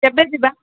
କେବେ ଯିବା